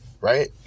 right